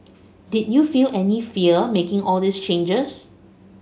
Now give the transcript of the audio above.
did you feel any fear making all these changes